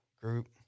Group